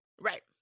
Right